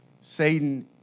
Satan